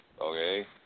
okay